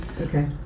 Okay